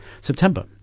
September